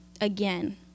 again